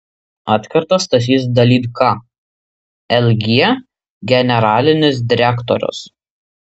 atkerta stasys dailydka lg generalinis direktorius